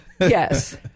Yes